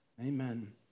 Amen